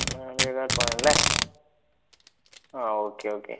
നാലേ കാൽ പവൻ അല്ലെ ആ ഓക്കെ ഓക്കെ